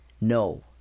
No